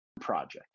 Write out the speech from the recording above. project